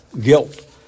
guilt